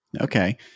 Okay